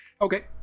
okay